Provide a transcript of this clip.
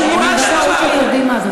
מי שמעורר פרובוקציה יושב שם,